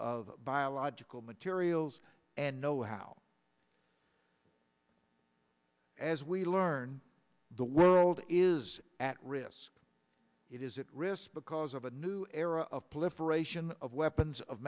of biological materials and know how as we learn the world is at risk it is at risk because of a new era of clif ration of weapons of